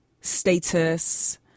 status